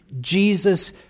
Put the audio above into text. Jesus